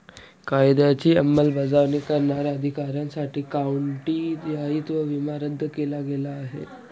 कायद्याची अंमलबजावणी करणाऱ्या अधिकाऱ्यांसाठी काउंटी दायित्व विमा रद्द केला गेला आहे